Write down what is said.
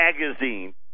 Magazine